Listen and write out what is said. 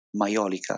Maiolica